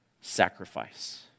Sacrifice